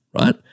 right